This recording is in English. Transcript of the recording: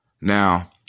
Now